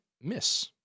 miss